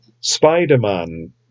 Spider-Man